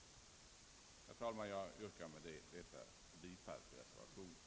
Herr talman! Jag yrkar med detta bifall till reservationen.